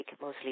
mostly